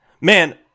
Man